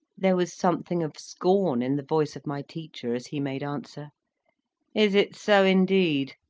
there was something of scorn in the voice of my teacher as he made answer is it so indeed?